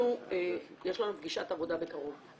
יש לנו פגישת עבודה בקרוב.